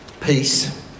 peace